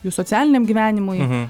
jų socialiniam gyvenimui